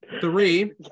Three